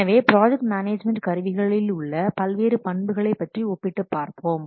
எனவே project management கருவிகளில் உள்ள பல்வேறு பண்புகளை பற்றி ஒப்பிட்டு பார்ப்போம்